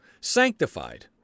sanctified